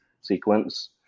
sequence